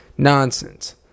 Nonsense